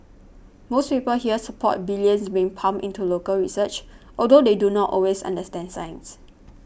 most people here support the billions being pumped into local research although they do not always understand science